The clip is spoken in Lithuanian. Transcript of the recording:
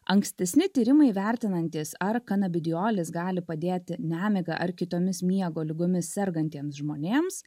ankstesni tyrimai vertinantys ar kanabidijolis gali padėti nemiga ar kitomis miego ligomis sergantiems žmonėms